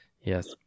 Yes